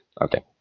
okay